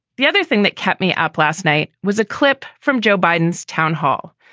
the other thing that kept me up last night was a clip from joe biden's town hall.